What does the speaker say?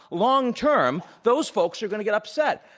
long term those folks are going to get upset.